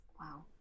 Wow